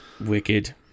Wicked